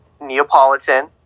Neapolitan